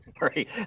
right